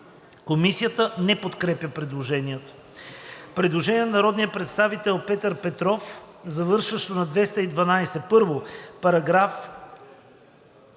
Комисията не подкрепя предложението. Предложение на народния представител Петър Петров, завършващо на 212: „1. Параграф,